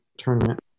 tournament